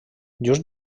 just